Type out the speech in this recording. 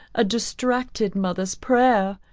a distracted mother's prayer.